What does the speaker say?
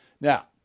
Now